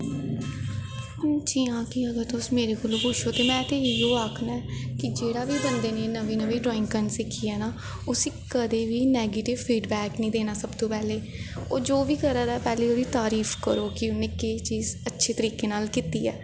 जि'यां कि अगर तुस मेरे कन्नै पुच्छो ते में इयो आखना कि जेह्ड़ा बी बंदे ने नमीं नमीं ड्राईंग करन सिक्खी ऐ ना उस्सी कदैं बी नैगेटिव फिड़बैक नेईं देना कदैं बी ओह् जो बी करा दा ऐ पैह्ली बारी तारीफ करो कि एह् चीज अच्छे तरीके नाल कीती ऐ